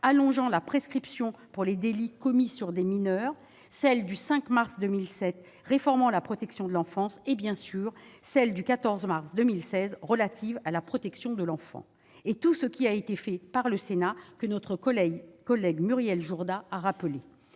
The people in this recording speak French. allongeant la prescription pour les délits commis sur des mineurs, celle du 5 mars 2007 réformant la protection de l'enfance et, bien sûr, celle du 14 mars 2016 relative à la protection de l'enfant. J'ajoute tous les travaux du Sénat, rappelés par notre collègue Muriel Jourda. Il